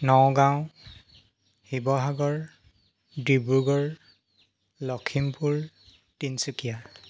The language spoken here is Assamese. নগাঁও শিৱসাগৰ ডিব্ৰুগড় লখিমপুৰ তিনচুকীয়া